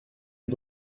est